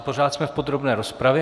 Pořád jsme v podrobné rozpravě.